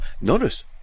Notice